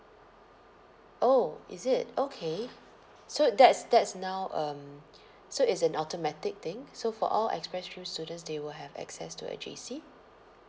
oh is it okay so that's that's now um so it's an automatic thing so for all express stream students they will have access to a J_C